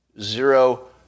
Zero